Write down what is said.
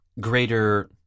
greater